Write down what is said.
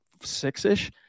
six-ish